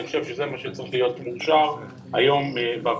אני חושב שזה מה שצריך להיות מאושר היום בוועדה.